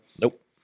Nope